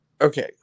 Okay